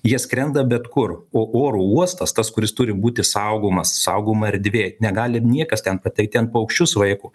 jie skrenda bet kur o oro uostas tas kuris turi būti saugomas saugoma erdvė negali niekas ten patekt ten paukščius vaiko